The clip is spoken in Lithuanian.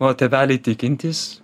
o tėveliai tikintys